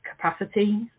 capacity